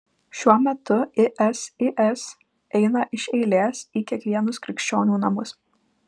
šiuo metu isis eina iš eilės į kiekvienus krikščionių namus